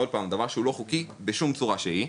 ששוב, גם זה דבר שהוא לא חוקי בשום צורה שהיא.